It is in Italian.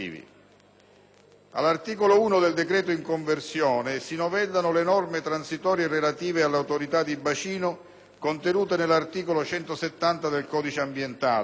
All'articolo 1 del decreto in conversione, si novellano le norme transitorie relative all'autorità di bacino, contenute nell'articolo 170 del codice ambientale